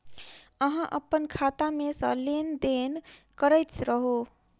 अहाँ अप्पन खाता मे सँ लेन देन करैत रहू?